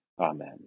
Amen